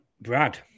Brad